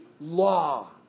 law